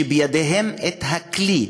שבידיהם הכלי,